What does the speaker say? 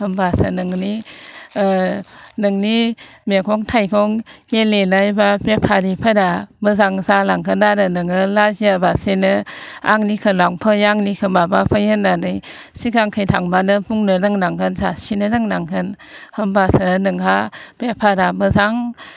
होनबासो नोंनि नोंनि मैगं थाइगं गेलेनाय बा बेफारिफोरा मोजां जालांगोन आरो नोङो लाजियाबासेनो आंनिखौ लांफै आंनिखौ माबाफै होननानै सिगांथिं थांबानो बुंनो रोंनांगोन जासिनो रोंनांगोन होनबासो नोंहा बेफारा मोजां